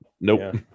nope